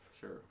Sure